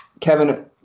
Kevin